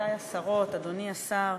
גבירותי השרות, אדוני השר,